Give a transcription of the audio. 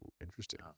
interesting